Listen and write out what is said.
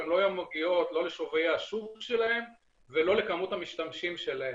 הן לא היו מגיעות לא לשווי השוק שלהן ולא לכמות המשתמשים שלהן.